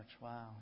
Wow